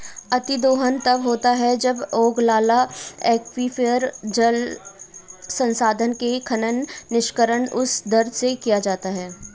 अतिदोहन तब होता है जब ओगलाला एक्वीफर, जल संसाधन का खनन, निष्कर्षण उस दर से किया जाता है